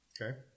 Okay